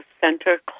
Center